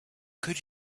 could